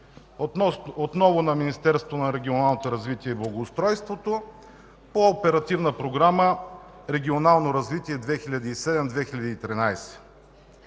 отново на Министерството на регионалното развитие и благоустройството по Оперативна програма „Регионално развитие” 2007–2013